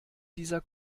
dieser